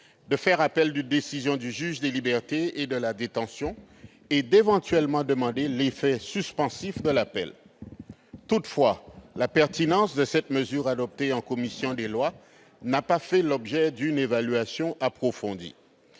faire appel d'une décision du juge des libertés et de la détention et, éventuellement, pour demander que cet appel soit suspensif. Toutefois, la pertinence de cette mesure adoptée par commission des lois n'a pas fait l'objet d'une évaluation approfondie.